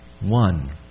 One